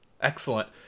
Excellent